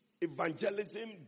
evangelism